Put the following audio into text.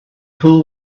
pool